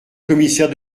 commissaire